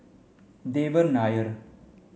Devan Nair